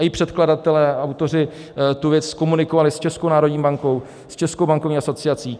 I předkladatelé, autoři, tu věc komunikovali s Českou národní bankou, s Českou bankovní asociací.